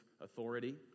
authority